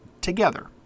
together